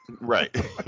Right